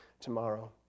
tomorrow